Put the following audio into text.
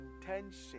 intention